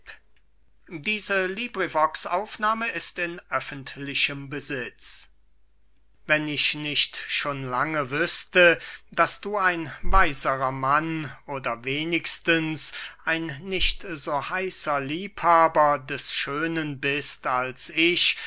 xlvii kleonidas an aristipp wenn ich nicht schon lange wüßte daß du ein weiserer mann oder wenigstens ein nicht so heißer liebhaber des schönen bist als ich